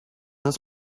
his